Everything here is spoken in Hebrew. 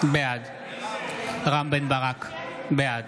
בעד רם בן ברק, בעד